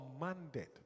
commanded